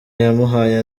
yamuhaye